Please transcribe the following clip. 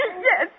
Yes